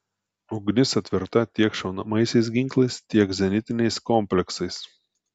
ugnis atverta tiek šaunamaisiais ginklais tiek zenitiniais kompleksais